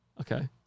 Okay